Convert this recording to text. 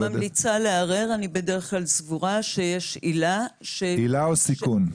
כשאני ממליצה לערער אני בדרך כלל סבורה שיש עילה --- עילה או סיכון?